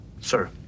sir